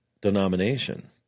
denomination